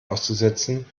auszusetzen